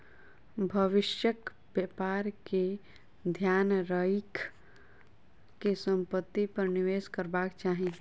भविष्यक व्यापार के ध्यान राइख के संपत्ति पर निवेश करबाक चाही